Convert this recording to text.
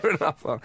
enough